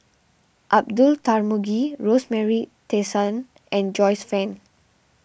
Abdullah Tarmugi Rosemary Tessensohn and Joyce Fan